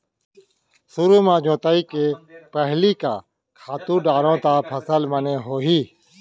सुरु म जोताई के पहिली का खातू डारव त फसल बने होही?